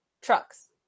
trucks